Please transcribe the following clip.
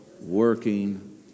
working